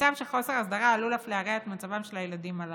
מצב של חוסר הסדרה עלול אף להרע את מצבם של הילדים הללו.